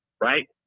right